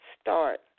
start